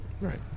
Right